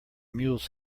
mules